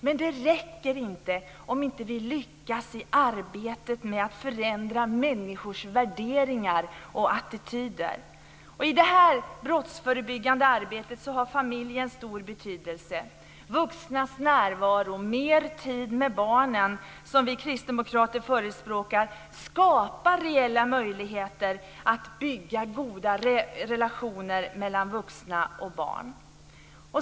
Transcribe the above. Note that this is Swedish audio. Men det räcker inte, om vi inte kan lyckas i arbetet med att förändra människors värderingarna och attityder. I det brottsförebyggande arbetet har familjen stor betydelse. Vuxnas närvaro, mer tid för barnen, som vi kristdemokrater förespråkar, skapar reella möjligheter att bygga goda relationer mellan vuxna och barn.